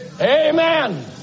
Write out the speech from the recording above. Amen